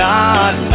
God